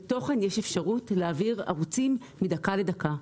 בתוכן יש אפשרות להעביר ערוצים מדקה לדקה,